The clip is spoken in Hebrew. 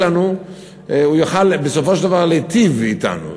הוא יוכל בסופו של דבר להיטיב אתנו.